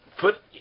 put